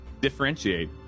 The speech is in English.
differentiate